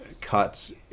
cuts